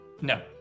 No